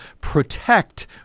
protect